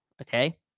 Okay